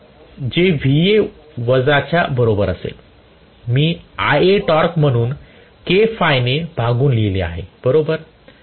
जे Va वजाच्या बरोबर असेल मी Ia टॉर्क म्हणून k phi ने भागून लिहू शकतो बरोबर